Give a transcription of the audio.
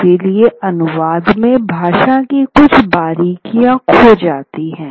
इसलिए अनुवाद में भाषा की कुछ बारीकियाँ खो जाती हैं